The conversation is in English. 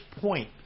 point